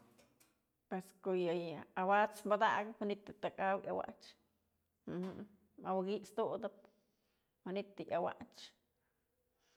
Pues ko'o yë, yë awat's padakëp manytë yë tëkëkaw awachë, mawëki'its tutëp manytë yë awach.